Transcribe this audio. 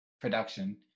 production